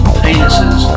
penises